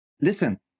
Listen